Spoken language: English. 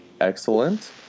Excellent